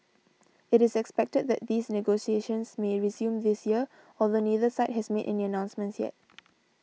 it is expected that these negotiations may resume this year although neither side has made any announcements as yet